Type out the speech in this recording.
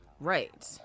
Right